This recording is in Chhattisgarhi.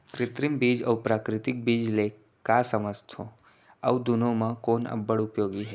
कृत्रिम बीज अऊ प्राकृतिक बीज ले का समझथो अऊ दुनो म कोन अब्बड़ उपयोगी हे?